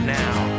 now